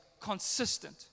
consistent